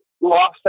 lost